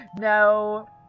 No